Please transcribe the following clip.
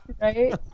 Right